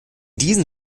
diesen